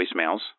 voicemails